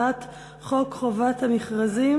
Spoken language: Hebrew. הצעת חוק חובת המכרזים